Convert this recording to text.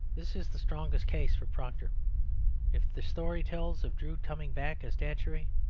this is the strongest case for proctor if the story tells of drood coming back as datchery,